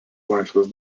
laisvės